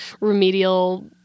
remedial